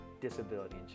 disability